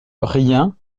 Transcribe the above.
rien